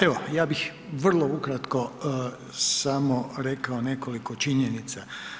Evo ja bih vrlo ukratko samo rekao nekoliko činjenica.